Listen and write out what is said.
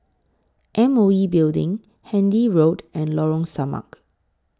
M O E Building Handy Road and Lorong Samak